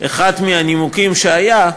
ואחד מהנימוקים היה,